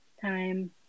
time